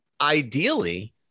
Ideally